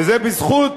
וזה בזכות,